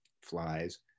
flies